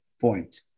point